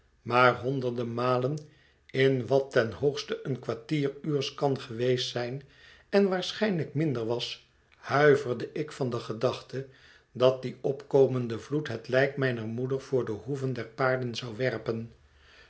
maar honderden malen in wat ten hoogste een kwartier uurs kan geweest zijn en waarschijnlijk minder was huiverde ik van de gedachte dat die opkomende vloed het lijk mijner moeder voor de hoeven der paarden zou werpen